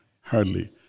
hardly